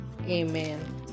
amen